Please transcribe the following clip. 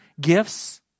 gifts